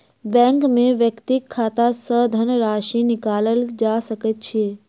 bank में व्यक्तिक खाता सॅ धनराशि निकालल जा सकै छै